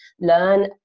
Learn